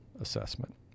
assessment